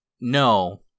No